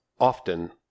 often